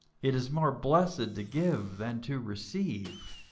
it is more blessed to give than to receive.